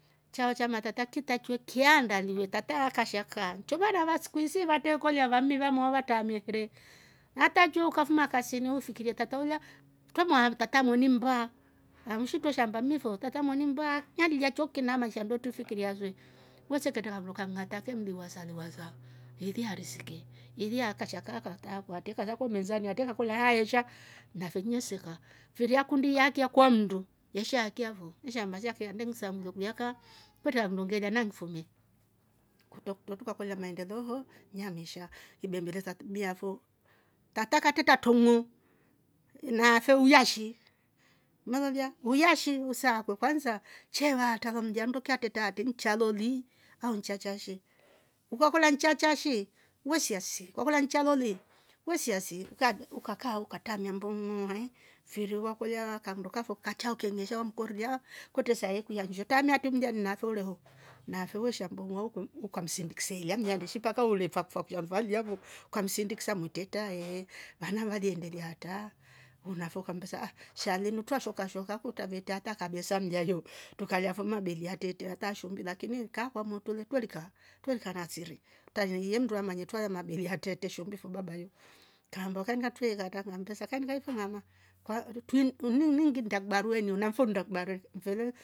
Chao cha tata kikatakiwe kianadaliwe tataa akasha kaa ncho vana va sikuhisi vatrekolya vammi vamwao vatramie kre hata chiyo ukafuma kasini umfikirie tata ulya twre muwaa tata moni mmbaa namshi twre shaamba mmifo tratra moni mmba naliilya choki na mashambe twre fikiria shwe we sengetra handru kang'ata fe mliwasa liwasa ili arisike ili akasha kaa katraakua atri kwasaakwa ho mezani hatra kakolya haaesha nafe ne seka mfiri akundi iatria kwa mnndu neshaatria fo neshaamba si nginsambie kulya kaa kwetre handu ngeelya na ng'fume kutro kutro tuka kolya maendeleo ooho nemesha ibembelesa mmi afo tata katreta trong'o naafe uya shi umelolya. uyashi usaakwe kwansa cheeva atra lau mlya nndo ki atretraa haatri ncha loli au ncha chashi ukakolya ncha chashi we sia si ukakolya ncha loli uk- uka kaa ukatramia mmbong'ooha mfiri wakolyaaa kanndo kafo kachao keng'esha wamkoriliya kwtre saasaa kuhiya nshioo traamia haatri mlya nafee ulehe na fe wesha mbong'oha uk- ukamsindikisa ilya mlyandi shi mpaka ule faku faku valiyau ukamsindiksa matreta eeh vana valiendelia atraa nafe ukambesa aah shalinu twrashoka shoka kutravetre hata kabesa mlyayo trukala fo mabere yatretre hata shumbi lakini kaa kwamotru kuveeli kaa twre kaa na siri utralolye mndu amanye twala mabele yatrate shumbi fo baba yo kaamba kaindika twreeka hatra ngammbesa kaindika ife ng'ama kwa- twri ini ngiliinda kibarueni na fe uliinda kibarueni mfele